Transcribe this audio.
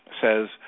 says